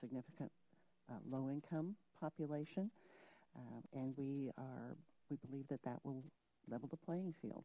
significant low income population and we are we believe that that will level the playing field